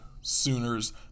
Sooners